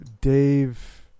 Dave